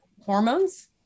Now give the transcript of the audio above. hormones